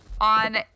on